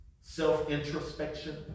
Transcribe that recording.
self-introspection